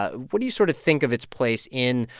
ah what do you sort of think of its place in,